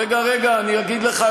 רגע, רגע, אני אגיד לך.